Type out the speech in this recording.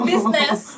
Business